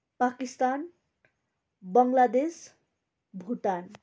Pakistan Bangladesh Bhutan